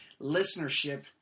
listenership